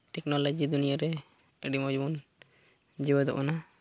technology ᱫᱩᱱᱤᱭᱟᱹ ᱨᱮ ᱟᱹᱰᱤ ᱢᱚᱡᱽ ᱵᱚᱱ ᱡᱮᱣᱮᱫᱚᱜ ᱠᱟᱱᱟ